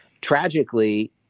tragically